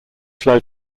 flow